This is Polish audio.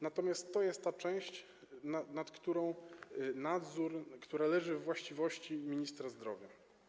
Natomiast to jest ta część, nad którą nadzór... która leży we właściwości ministra zdrowia.